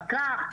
פקח,